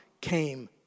came